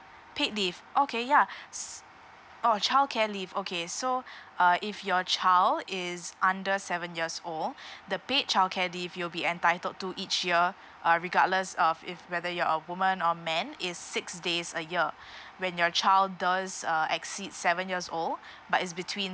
paid leave okay ya s~ orh childcare leave okay so uh if your child is under seven years old the paid childcare leave you'll be entitled to each year uh regardless of if whether you're a woman or man is six days a year when your child does uh exceed seven years old but is between